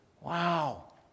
Wow